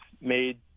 made